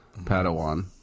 Padawan